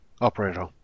operator